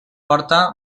porta